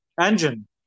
engine